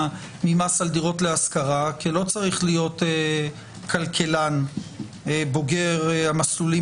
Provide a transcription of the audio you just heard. ממס על דירות להשכרה כי לא צריך להיות כלכלן בוגר המסלולים